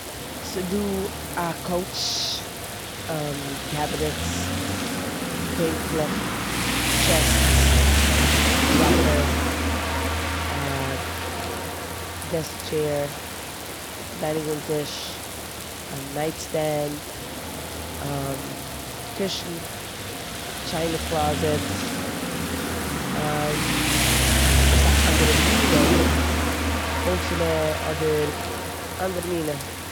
ס'דא א קאוטש, קעבינעטס, בענקלעך, טשעסטס, א ראקער, א דעסק טשעיר, דיינינג רום טיש, א נייט סטענד, טישן, א טשיינע קלאזעט, ס'דא אסאך אנדערע מינע ווי האלצערנע אדער אנדערע מינע.